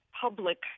public